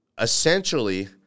essentially –